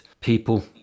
people